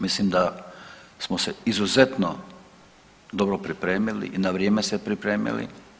Mislim da smo se izuzetno dobro pripremili i na vrijeme se pripremili.